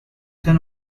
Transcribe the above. can